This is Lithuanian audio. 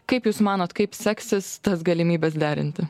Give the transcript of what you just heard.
kaip jūs manot kaip seksis tas galimybes derinti